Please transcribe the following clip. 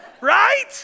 right